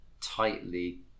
tightly